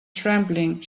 trembling